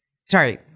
sorry –